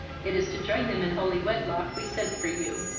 it is to join them in holy wedlock we sent for you.